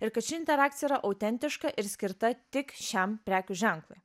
ir kad ši interakcija yra autentiška ir skirta tik šiam prekių ženklui